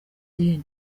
deni